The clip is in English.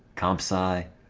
comp sci